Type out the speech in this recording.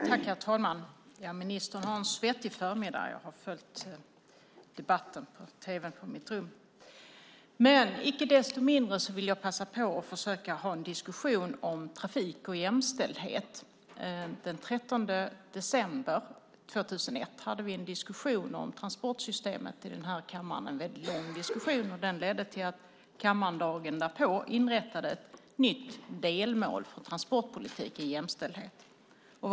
Herr talman! Ministern har en svettig förmiddag. Jag har följt debatten från tv:n i mitt rum. Men icke desto mindre vill jag passa på att försöka ha en diskussion om trafik och jämställdhet. Den 13 december 2001 hade vi en diskussion om transportsystemet i den här kammaren. Det var en väldigt lång diskussion. Den ledde till att riksdagen dagen därpå inrättade ett nytt delmål om jämställdhet för transportpolitiken.